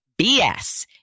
BS